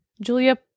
Julia